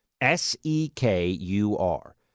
S-E-K-U-R